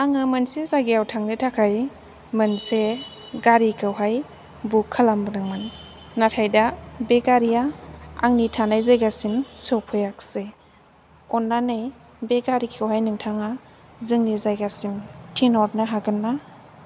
आङो मोनसे जायगायाव थांनो थाखाय मोनसे गारिखौहाय बुख खालामबोदोंमोन नाथाय दा बे गारिया आंनि थानाय जायगासिम सफैयाखिसै अन्नानै बे गारिखौ नोंथाङा जोंनि जायगासिम थिन्हरनो हागोन ना